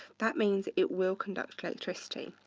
that means it will conduct electricity.